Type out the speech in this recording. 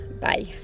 Bye